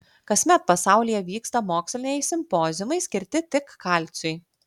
kasmet pasaulyje vyksta moksliniai simpoziumai skirti tik kalciui